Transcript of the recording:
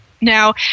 Now